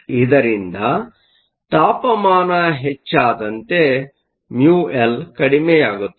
ಇದರಿಂದ ತಾಪಮಾನ ಹೆಚ್ಚಾದಂತೆ μL ಕಡಿಮೆಯಾಗುತ್ತದೆ